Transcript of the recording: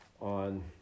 on